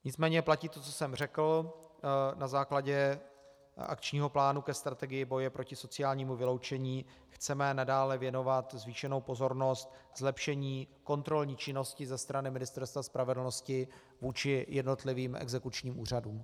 Nicméně platí to, co jsem řekl, na základě akčního plánu ke strategii boje proti sociálnímu vyloučení chceme nadále věnovat zvýšenou pozornost zlepšení kontrolní činnosti ze strany Ministerstva spravedlnosti vůči jednotlivým exekučním úřadům.